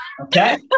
Okay